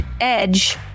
edge